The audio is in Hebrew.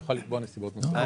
אם